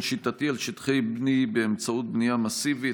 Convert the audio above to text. שיטתי על שטחי B באמצעות בנייה מסיבית.